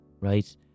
right